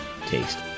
taste